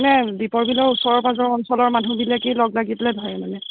নাই দিপৰ বিলৰ ওচৰ পাজৰ অঞ্চলৰ মানুহবিলাকে লগ লাগি পেলে ধৰে মানে